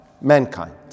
mankind